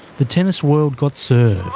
the tennis world got served,